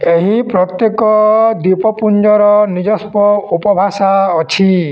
ଏହି ପ୍ରତ୍ୟେକ ଦ୍ୱୀପପୁଞ୍ଜର ନିଜସ୍ୱ ଉପଭାଷା ଅଛି